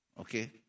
okay